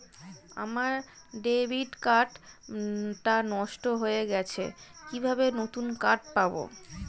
আমার debit card টা নষ্ট হয়ে গেছে কিভাবে নতুন কার্ড পাব?